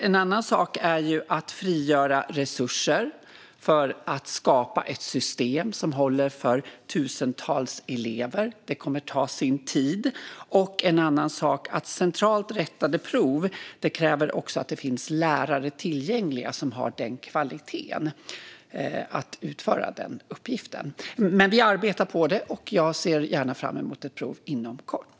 En sak är att frigöra resurser för att skapa ett system som håller för tusentals elever. Det kommer att ta sin tid. En annan sak är att centralt rättade prov också kräver att det finns lärare tillgängliga som har den kvaliteten att utföra den uppgiften. Vi arbetar på det. Jag ser gärna fram emot ett prov inom kort.